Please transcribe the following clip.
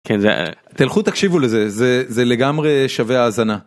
תלכו תקשיבו לזה זה לגמרי שווה האזנה.